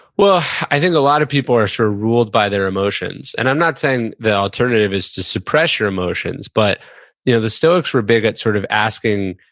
well, i think a lot of people are sure ruled by their emotions. and i'm not saying the alternative is to suppress your emotions, but you know the stoics were big at sort of asking,